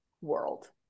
world